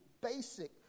basic